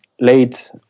late